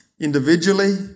individually